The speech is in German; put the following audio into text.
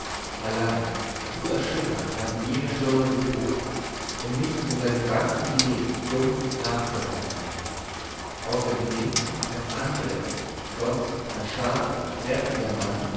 allein zu erschütternd hatten jene stürme getobt um nicht in seinem ganzen leben dumpf nachzuhallen außer dem daß andres sonst ein starker kräftiger mann